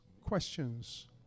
questions